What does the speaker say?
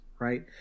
Right